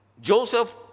Joseph